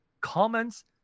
Comments